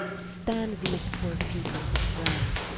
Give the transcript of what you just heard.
stand these poore peoples friend,